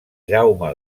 jaume